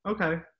Okay